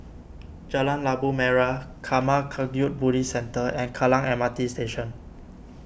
Jalan Labu Merah Karma Kagyud Buddhist Centre and Kallang M R T Station